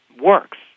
works